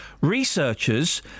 Researchers